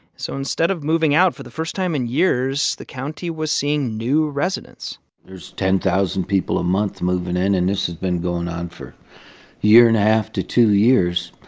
so instead of moving out, for the first time in years, the county was seeing new residents there's ten thousand people a month moving in. and this has been going on for a year and a half to two years.